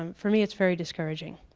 um for me it's very discouraging.